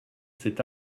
cet